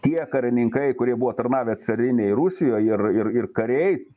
tie karininkai kurie buvo tarnavę carinėj rusijoj ir ir ir kariai